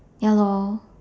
ya lor